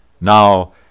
Now